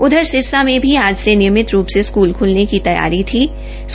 उधर सिरसा में भी आज से नियमित रूप से स्कूल खोलने की तैयारी थरी